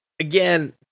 again